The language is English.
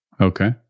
Okay